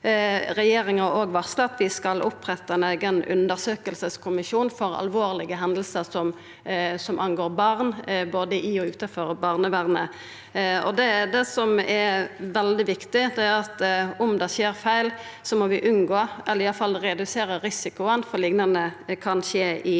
Regjeringa har òg varsla at vi skal oppretta ein eigen undersøkingskommisjon for alvorlege hendingar som angår barn både i og utanfor barnevernet. Det som er veldig viktig, er at om det skjer feil, må vi unngå eller iallfall redusera risikoen for at noko liknande kan skje igjen.